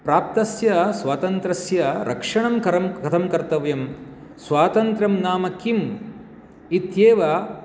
प्राप्तस्य स्वातन्त्रस्य रक्षणं करं कथं कर्तव्यं स्वातन्त्र्यं नाम किम् इत्येव